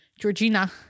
Georgina